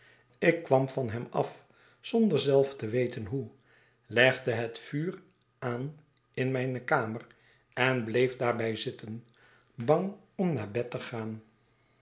ik kwam van hem af zonder zelf te weten hoe legde het'vuur aan in mijne kamer en bleef daarbij zitten bang om naar bed te gaan